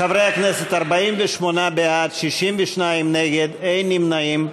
חברי הכנסת, 48 בעד, 62 נגד, נמנע אחד.